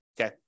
okay